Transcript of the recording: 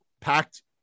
packed